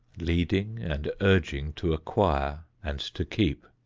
leading and urging to acquire and to keep.